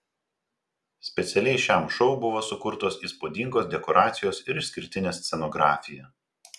specialiai šiam šou buvo sukurtos įspūdingos dekoracijos ir išskirtinė scenografija